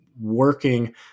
working